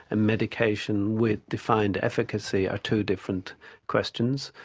a medication with defined efficacy, are two different questions.